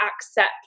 accept